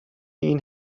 این